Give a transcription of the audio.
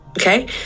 Okay